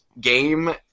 game